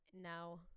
now